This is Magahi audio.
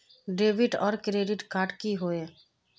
डेबिट आर क्रेडिट कार्ड की होय?